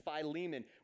Philemon